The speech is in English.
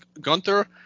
Gunther